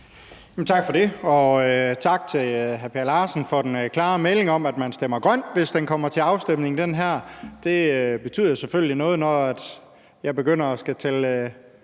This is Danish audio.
Tak for det. Og tak til hr. Per Larsen for den klare melding om, at man stemmer grønt, hvis det her kommer til afstemning. Det betyder selvfølgelig noget, når jeg skal begynde at tælle